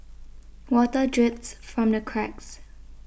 water drips from the cracks